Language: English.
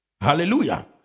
Hallelujah